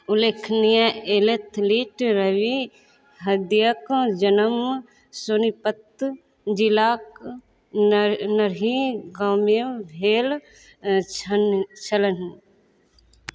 उल्लेखनीय एलथलीट रवि हदियक जनम सोनीपत जिलाक नर नरही गाममे भेल छल छलनि